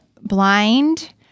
blind